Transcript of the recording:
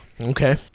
Okay